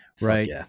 right